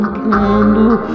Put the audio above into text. candle